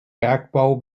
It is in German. bergbau